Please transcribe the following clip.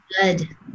good